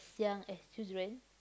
young as children